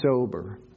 sober